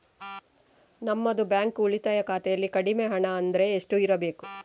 ನಮ್ಮದು ಬ್ಯಾಂಕ್ ಉಳಿತಾಯ ಖಾತೆಯಲ್ಲಿ ಕಡಿಮೆ ಹಣ ಅಂದ್ರೆ ಎಷ್ಟು ಇರಬೇಕು?